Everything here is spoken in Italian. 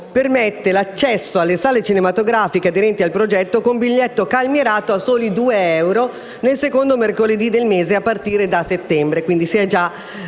permette l'accesso alle sale cinematografiche aderenti al progetto con biglietto calmierato a soli due euro nel secondo mercoledì del mese a partire di settembre. Quindi si è già